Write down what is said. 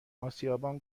آسیابان